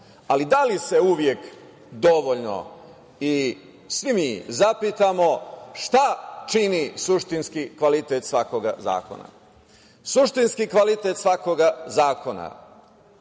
ali da li se uvek dovoljno i svi mi zapitamo šta čini suštinski kvalitet svakog zakona? Suštinski kvalitet svakog zakona